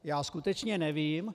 Já skutečně nevím.